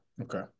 Okay